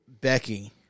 Becky